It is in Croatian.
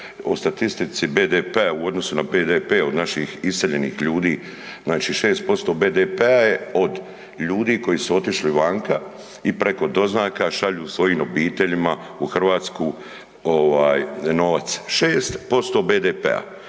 o statistici BDP-a u odnosu na BDP od naših iseljenih ljudi, znači 6% BDP-a je od ljudi koji su otišli vanka i preko doznaka šalju svojim obiteljima u Hrvatsku ovaj novac, 6% BDP-a